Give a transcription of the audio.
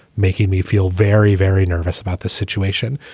making me feel very, very nervous about the situation.